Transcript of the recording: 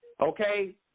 Okay